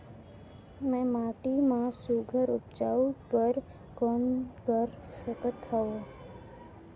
मैं माटी मा सुघ्घर उपजाऊ बर कौन कर सकत हवो?